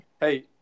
Hey